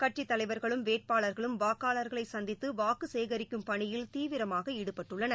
கட்சித் தலைவர்களும் வேட்பாளர்களும் வாக்களர்களைசந்தித்துவாக்குசேகிக்கும் பணியில் தீவிரமாகாடுபட்டுள்ளனர்